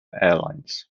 airlines